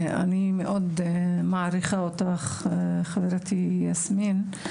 אני מאוד מעריכה אותך חברתי יסמין,